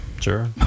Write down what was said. Sure